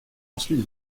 ensuite